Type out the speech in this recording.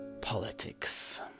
politics